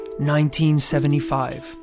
1975